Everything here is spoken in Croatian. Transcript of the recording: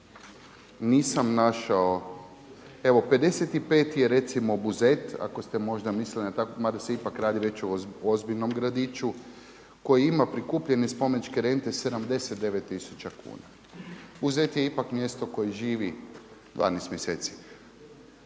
nisam našao. Evo 55. je recimo Buzet, ako ste možda mislili na tako, mada se ipak radi već o ozbiljnom gradiću koji ima prikupljene spomeničke rente 79 tisuća kuna. Buzet je ipak mjesto koje živi 12 mjeseci.